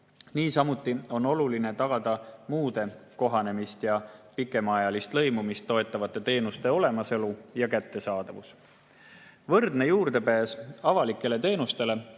Niisamuti on oluline tagada muude kohanemist ja pikemaajalist lõimumist toetavate teenuste olemasolu ja kättesaadavus. Võrdne juurdepääs avalikele teenustele,